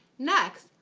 next,